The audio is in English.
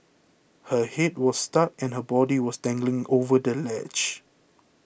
her head was stuck and her body was dangling over the ledge